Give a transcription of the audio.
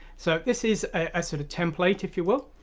so this is a sort of template if you will,